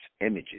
images